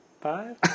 five